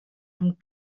amb